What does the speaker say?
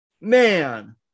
man